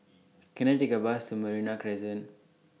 Can I Take A Bus to Merino Crescent